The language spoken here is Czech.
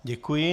Děkuji.